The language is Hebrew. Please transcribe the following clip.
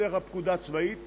בדרך כלל פקודה צבאית,